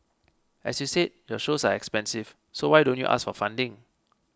as you said your shows are expensive so why don't you ask for funding